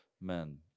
men